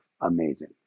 amazing